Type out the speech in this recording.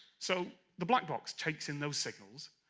so the black box takes in those signals,